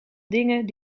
dingen